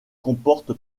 comporte